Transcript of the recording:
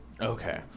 okay